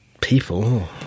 people